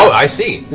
i see.